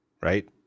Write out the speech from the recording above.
right